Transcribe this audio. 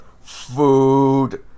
food